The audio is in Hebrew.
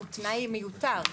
היא תנאי מיותר,